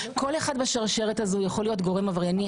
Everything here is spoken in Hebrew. כל אחד בשרשרת יכול להיות גורם עברייני.